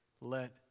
let